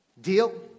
Deal